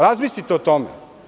Razmislite o tome.